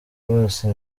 bose